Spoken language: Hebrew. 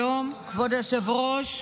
שלום, כבוד היושב-ראש.